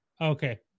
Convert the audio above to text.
Okay